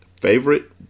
Favorite